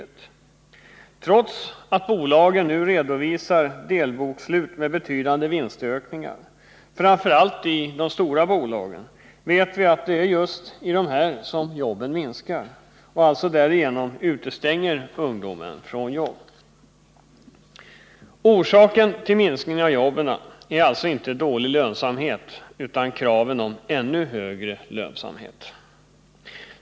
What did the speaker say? Trots att bolagen, framför allt de stora bolagen, nu redovisar delbokslut med betydande vinstökningar, så vet vi att det är just i dessa bolag som antalet jobb minskar och att ungdomarna därigenom alltså utestängs från jobb. Orsaken till minskningen av antalet jobb är alltså inte dålig lönsamhet utan kraven på ännu högre lönsamhet.